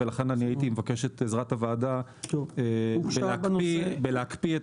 לכן אני מבקש את עזרת הוועדה בלהקפיא את